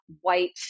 white